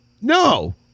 No